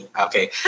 Okay